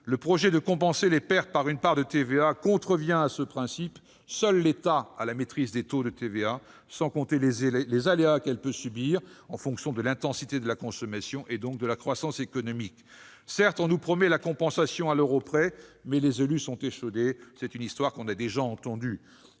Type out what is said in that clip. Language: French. Le projet de compenser les pertes par une part de TVA contrevient à ce principe : seul l'État a la maîtrise des taux de cette taxe, sans parler des aléas que le produit de celle-ci peut subir en fonction de l'intensité de la consommation, et donc de la croissance économique. Certes, on nous promet la compensation à l'euro près, mais les élus sont échaudés. Nous avons déjà entendu